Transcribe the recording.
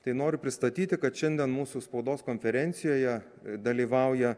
tai noriu pristatyti kad šiandien mūsų spaudos konferencijoje dalyvauja